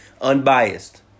unbiased